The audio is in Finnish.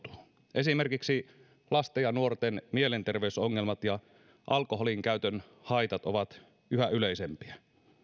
esimerkiksi lasten ja nuorten mielenterveysongelmat ja alkoholinkäytön haitat ovat yhä yleisempiä